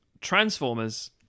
Transformers